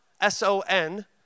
S-O-N